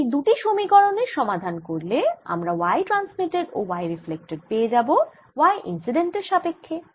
এই দুটি সমীকরনের সমাধান করলে আমরা y ট্রান্সমিটেড ও y রিফ্লেক্টেড পেয়ে যাবো y ইন্সিডেন্ট এর সাপেক্ষ্যে